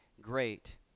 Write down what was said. Great